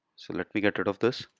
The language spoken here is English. so let me get rid of this